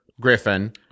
Griffin